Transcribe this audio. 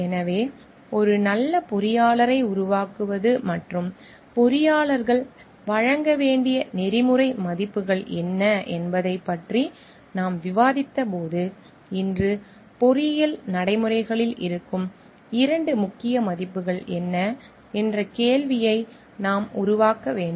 எனவே ஒரு நல்ல பொறியாளரை உருவாக்குவது மற்றும் பொறியாளர்கள் வழங்க வேண்டிய நெறிமுறை மதிப்புகள் என்ன என்பதைப் பற்றி நாம் விவாதித்தபோது இன்று பொறியியல் நடைமுறைகளில் இருக்கும் இரண்டு முக்கிய மதிப்புகள் என்ன என்ற கேள்வியை நாம் உருவாக்க வேண்டும்